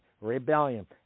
rebellion